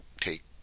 take